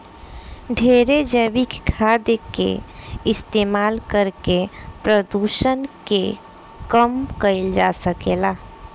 ढेरे जैविक खाद के इस्तमाल करके प्रदुषण के कम कईल जा सकेला